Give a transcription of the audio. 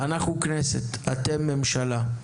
אנחנו כנסת; אתם ממשלה.